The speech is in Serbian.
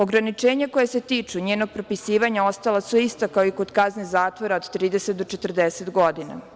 Ograničenja koja se tiču njenog propisivanja ostala su ista kao i kod kazne zatvora od 30 do 40 godina.